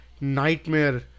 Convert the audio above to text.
nightmare